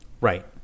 Right